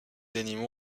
animaux